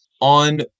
on